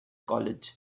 college